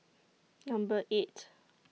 Number eight